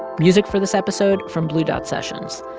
music for this episode from blue dot sessions.